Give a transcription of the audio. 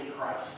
Christ